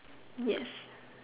yes